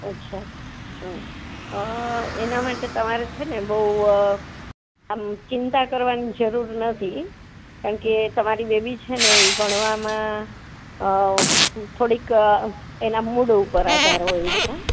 અચ્છા હઁ એના માટે તમારે છે ને બહુ આમ ચિંતા કરવાની જરૂર નથી કારણકે તમારી બેબી છે ને એ ભણવામાં થોડીક એના મૂડ ઉપર આધાર હોય છે